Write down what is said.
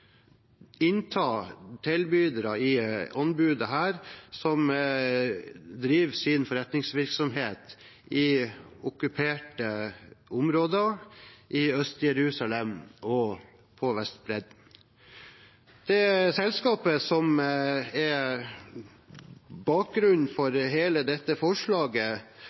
innta tilbydere i anbud her som driver sin forretningsvirksomhet i okkuperte områder i Øst-Jerusalem og på Vestbredden. Selskapet som er bakgrunnen for hele dette forslaget,